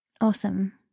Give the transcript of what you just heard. awesome